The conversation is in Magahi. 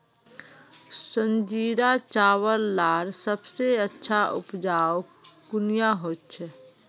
संजीरा चावल लार सबसे अच्छा उपजाऊ कुनियाँ होचए?